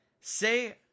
say